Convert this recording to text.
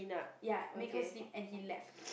ya make her sleep and he left